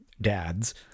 dads